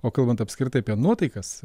o kalbant apskritai apie nuotaikas